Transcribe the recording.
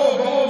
ברור,